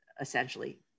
essentially